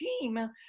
team